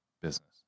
business